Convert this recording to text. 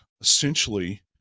essentially